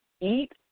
Eat